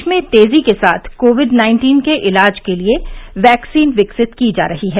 देश में तेजी के साथ कोविड नाइन्टीन के इलाज के लिए वैक्सीन विकसित की जा रही है